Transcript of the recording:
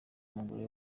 umugore